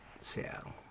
Seattle